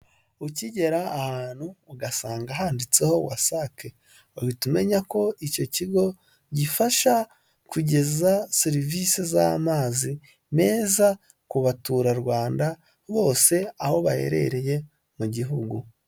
Ukigera ahantu ugasanga handitseho WASAC, uhita umenya ko icyo kigo gifasha kugeza serivisi z'amazi meza ku baturarwanda bose aho baherereye mu gihugu.